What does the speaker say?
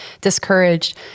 discouraged